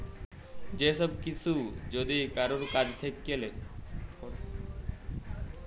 যে সব কিসু যদি কারুর কাজ থাক্যে লায়